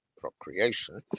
Procreation